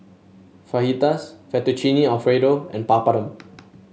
Fajitas Fettuccine Alfredo and Papadum